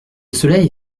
soleil